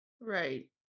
Right